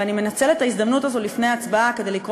ואני מנצלת את ההזדמנות הזו לפני ההצבעה כדי לקרוא